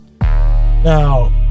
Now